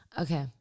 Okay